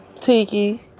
Tiki